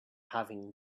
having